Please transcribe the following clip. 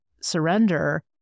surrender